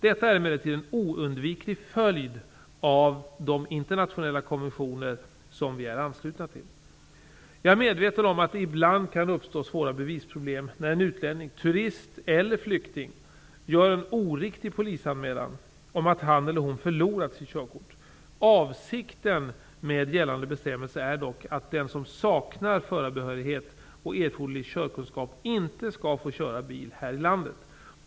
Detta är emellertid en oundviklig följd av de internationella konventioner som vi är anslutna till. Jag är medveten om att det ibland kan uppstå svåra bevisproblem när en utlänning -- turist eller flykting -- gör en oriktig polisanmälan om att han eller hon förlorat sitt körkort. Avsikten med gällande bestämmelser är dock att den som saknar förarbehörighet och erforderlig körkunskap inte skall få köra bil här i landet.